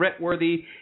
threatworthy